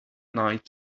night